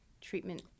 treatment